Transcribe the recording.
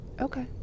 Okay